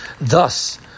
Thus